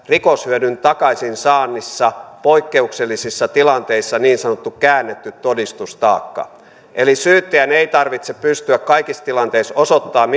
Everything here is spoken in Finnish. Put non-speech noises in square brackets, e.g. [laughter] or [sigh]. rikoshyödyn takaisinsaannissa poikkeuksellisissa tilanteissa niin sanottu käännetty todistustaakka eli syyttäjän ei tarvitse pystyä kaikissa tilanteissa osoittamaan [unintelligible]